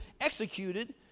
executed